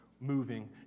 moving